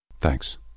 Thanks